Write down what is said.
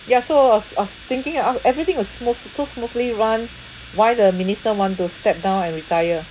ya so I was I was thinking like orh everything is smooth so smoothly run why the minister want to step down and retire